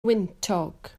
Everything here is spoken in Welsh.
wyntog